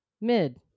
Mid